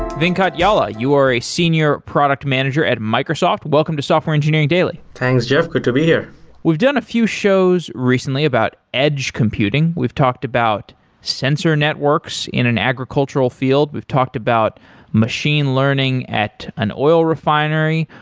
venkat yalla, you are a senior product manager at microsoft. welcome to software engineering daily thanks, jeff. good to be here we've done a few shows recently about edge computing. we've talked about sensor networks in an agricultural field, we've talked about machine learning at an oil refinery,